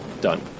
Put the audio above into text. done